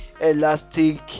elastic